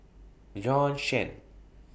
Bjorn Shen